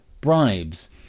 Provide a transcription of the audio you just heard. bribes